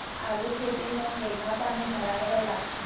आलू खेती म केघा पानी धराए बर लागथे?